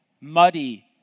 muddy